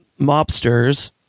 mobsters